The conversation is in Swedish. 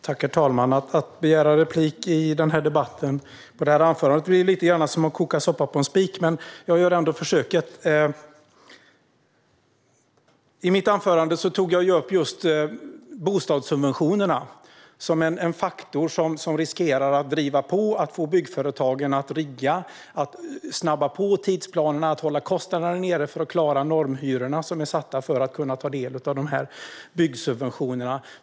Herr talman! Att begära replik i den här debatten på det förra anförandet blir lite grann som att koka soppa på en spik, men jag gör ändå ett försök. I mitt anförande tog jag upp bostadssubventionerna som en faktor som riskerar att driva på företagen att snabba på tidsplanerna och hålla kostnaderna nere för att klara normhyrorna, som är satta för att man ska kunna ta del av byggsubventionerna.